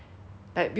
like because like